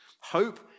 Hope